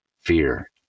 Fear